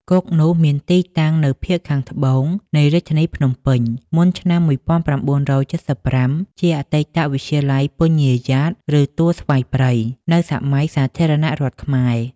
គុកនោះមានទីតាំងនៅភាគខាងត្បូងនៃរាជធានីភ្នំពេញ មុនឆ្នាំ១៩៧៥ ជាអតីតវិទ្យាល័យពញាយ៉ាត ឬទួលស្វាយព្រៃ នៅសម័យសាធារណរដ្ឋខ្មែរ។